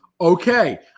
Okay